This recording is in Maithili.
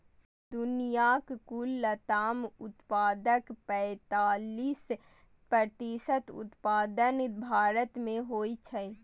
दुनियाक कुल लताम उत्पादनक पैंतालीस प्रतिशत उत्पादन भारत मे होइ छै